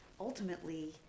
ultimately